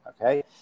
okay